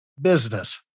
business